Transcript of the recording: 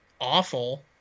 awful